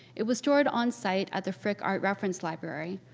it was stored on site at the frick art reference library,